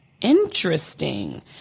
Interesting